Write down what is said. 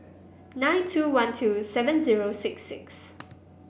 nine two one two seven zero six six